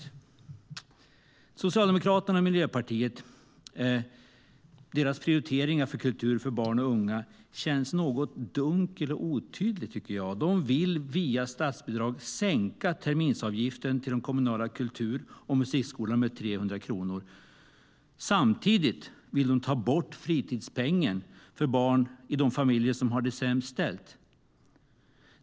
Samtidigt vill de ta bort fritidspengen för barn i de familjer som har det sämst ställt.